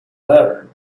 learn